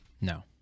no